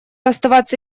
оставаться